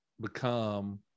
become